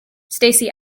stacy